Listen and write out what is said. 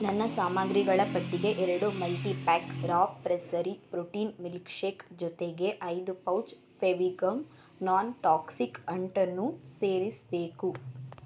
ನನ್ನ ಸಾಮಗ್ರಿಗಳ ಪಟ್ಟಿಗೆ ಎರಡು multipack Raw Pressery protein milkshake ಜೊತೆಗೆ ಐದು pouch Fevigum non toxic ಅಂಟನ್ನು ಸೇರಿಸಬೇಕು